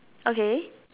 okay